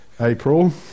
April